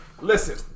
Listen